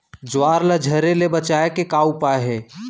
ज्वार ला झरे ले बचाए के का उपाय हे?